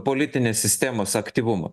politinės sistemos aktyvumą